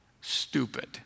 stupid